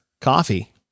coffee